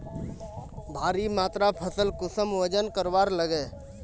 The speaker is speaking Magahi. भारी मात्रा फसल कुंसम वजन करवार लगे?